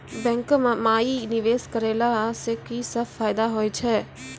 बैंको माई निवेश कराला से की सब फ़ायदा हो छै?